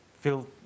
feel